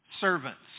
servants